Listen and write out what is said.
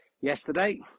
yesterday